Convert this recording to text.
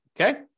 Okay